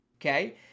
Okay